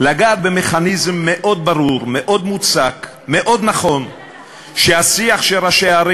תושבי תל-אביב, המזל, שיש להם ראש עיר